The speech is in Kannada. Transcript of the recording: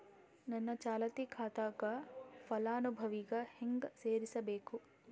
ನನ್ನ ಚಾಲತಿ ಖಾತಾಕ ಫಲಾನುಭವಿಗ ಹೆಂಗ್ ಸೇರಸಬೇಕು?